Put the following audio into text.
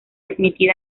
admitida